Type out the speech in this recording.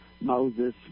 Moses